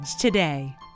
today